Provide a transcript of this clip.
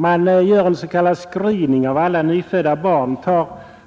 Man gör en s.k. screening av alla nyfödda barn,